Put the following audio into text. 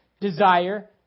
desire